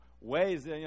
ways